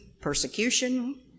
persecution